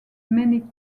many